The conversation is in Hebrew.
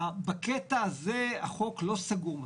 בקטע הזה, החוק לא סגור.